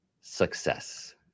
success